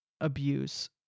abuse